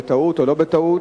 בטעות או לא בטעות,